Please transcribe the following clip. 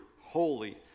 holy